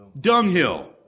dunghill